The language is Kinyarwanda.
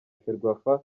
ferwafa